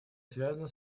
связана